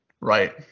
right